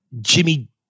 Jimmy